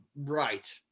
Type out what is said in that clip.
Right